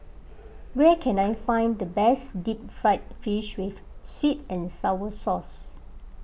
where can I find the best Deep Fried Fish with Sweet and Sour Sauce